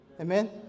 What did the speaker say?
amen